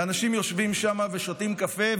ואנשים יושבים שם ושותים קפה,